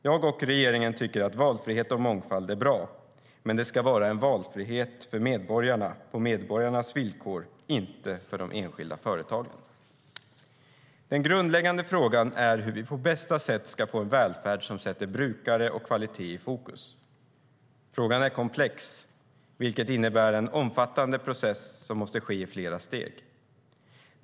Jag och regeringen tycker att valfrihet och mångfald är bra, men det ska vara en valfrihet för medborgarna på medborgarnas villkor, inte för de enskilda företagen. Den grundläggande frågan är hur vi på bästa sätt ska få en välfärd som sätter brukare och kvalitet i fokus. Frågan är komplex, vilket innebär en omfattande process som måste ske i flera steg.